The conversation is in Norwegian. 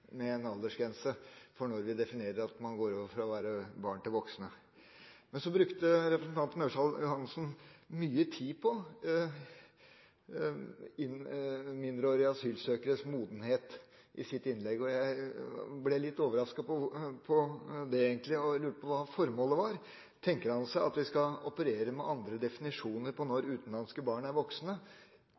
med en aldersgrense for når man definerer at man går over fra å være barn til voksen. Representanten Ørsal Johansen brukte mye tid på mindreårige asylsøkeres modenhet i sitt innlegg. Jeg ble litt overrasket over det og lurer på hva formålet var. Tenker han seg at vi skal operere med andre definisjoner for når utenlandske barn er voksne,